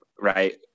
right